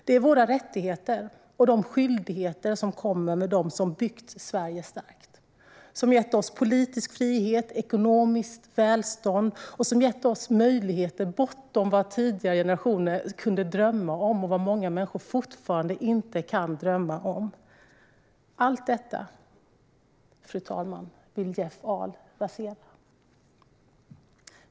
Det är våra rättigheter och de skyldigheter som kommer med dem som har byggt Sverige starkt och som har gett oss politisk frihet, ekonomiskt välstånd och möjligheter bortom vad tidigare generationer - liksom många människor i dag - kunde drömma om. Fru talman! Allt detta vill Jeff Ahl rasera.